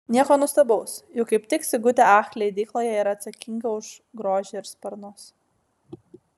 nieko nuostabaus juk kaip tik sigutė ach leidykloje yra atsakinga už grožį ir sparnus